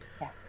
Yes